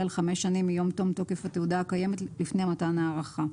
על חמש שנים מיום תום תוקף התעודה הקיימת לפני מתן ההארכה.